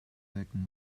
melken